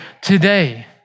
today